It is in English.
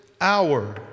hour